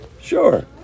Sure